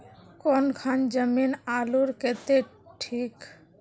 कौन खान जमीन आलूर केते ठिक?